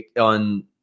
on